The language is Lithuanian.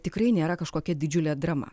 tikrai nėra kažkokia didžiulė drama